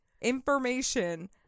information